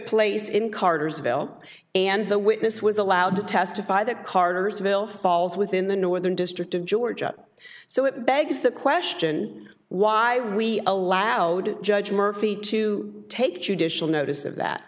place in cartersville and the witness was allowed to testify that cartersville falls within the northern district of georgia so it begs the question why we allowed judge murphy to take judicial notice of that